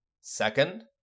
Second